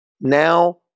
Now